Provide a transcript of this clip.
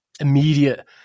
immediate